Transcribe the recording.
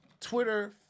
Twitter